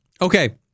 Okay